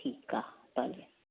ठीकु आहे त हले